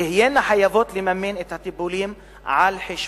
תהיינה חייבות לממן את הטיפולים על חשבונן.